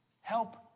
help